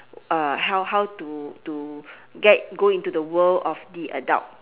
uh how how to to get go into the world of the adult